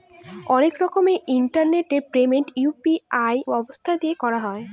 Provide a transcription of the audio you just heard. অনেক রকমের internet payment UPI ব্যবস্থা দিয়ে করা হয়